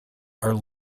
are